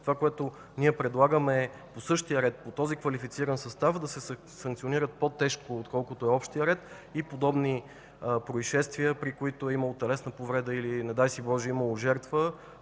Това, което ние предлагаме, е по същия ред, по този квалифициран състав да се санкционират по-тежко отколкото по общия ред и подобни произшествия, при които е имало телесна повреда или, не дай си Боже, е имало жертва